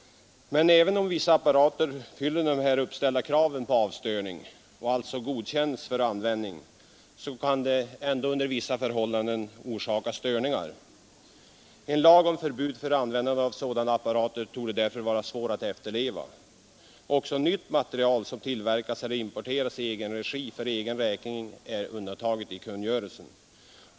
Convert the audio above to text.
Men även om vissa apparater fyller de uppställda kraven på avstörning — och alltså godkänns för användning — kan de under vissa förhållande orsaka störningar. En lag om förbud för användande av sådana apparater torde därför vara svår att efterleva. Också ny materiel som tillverkas eller importeras i egen regi för egen räkning är undantagen i kungörelsen.